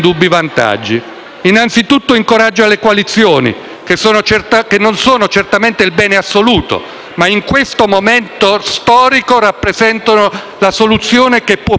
che non sono certamente il "bene assoluto", ma in questo momento storico rappresentano la soluzione che più può avvicinarci all'obiettivo di dare al nostro Paese